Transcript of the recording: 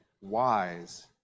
wise